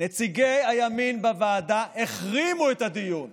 נציגי הימין בוועדה החרימו את הדיון.